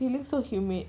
it look so humid